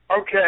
Okay